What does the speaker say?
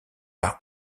par